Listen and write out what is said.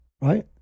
Right